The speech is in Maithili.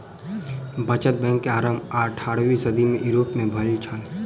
बचत बैंक के आरम्भ अट्ठारवीं सदी में यूरोप में भेल छल